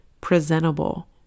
presentable